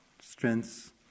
strengths